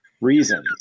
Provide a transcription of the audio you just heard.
reasons